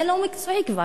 זה לא מקצועי כבר.